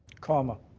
comma,